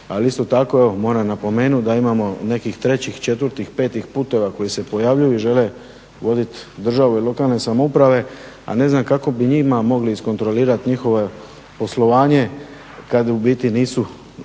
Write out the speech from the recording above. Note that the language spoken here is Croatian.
isto tako evo moram napomenuti da imamo nekih trećih, četvrtih, petih puteva koji se pojavljuju i žele voditi državu i lokalne samouprave a ne znam kako bi njima mogli iskontrolirati njihovo poslovanje kad u biti nisu